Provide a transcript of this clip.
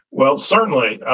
well, certainly,